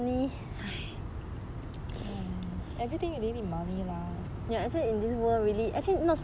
!hais! everything you need money lah